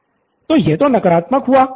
निथिन तो यह तो नकारात्मक हुआ